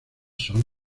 son